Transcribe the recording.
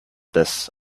this